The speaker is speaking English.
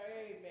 Amen